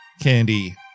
Candy